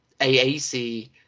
AAC